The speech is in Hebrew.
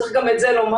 צריך גם את זה לומר.